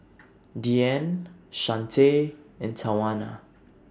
Deanne Shante and Tawanna